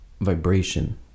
vibration